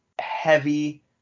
heavy